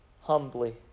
humbly